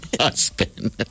husband